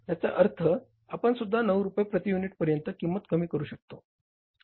याचा अर्थ आपणसुद्धा 9 रुपये प्रती युनिटपर्यंत किंमत कमी करू शकतो